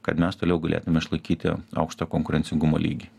kad mes toliau galėtume išlaikyti aukštą konkurencingumo lygį